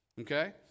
Okay